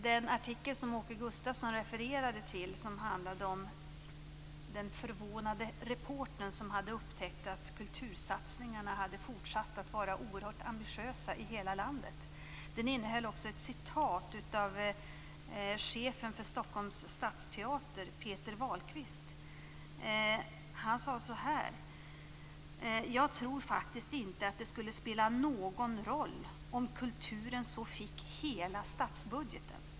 Den artikel som Åke Gustavsson refererade till, som handlade om den förvånade reportern som hade upptäckt att kultursatsningarna hade fortsatt att vara oerhört ambitiösa i hela landet, innehöll också ett citat av chefen för Stockholms stadsteater Peter Wahlqvist. Han sade så här: Jag tror faktiskt inte att det skulle spela någon roll om kulturen så fick hela statsbudgeten.